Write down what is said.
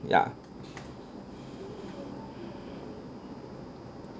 yeah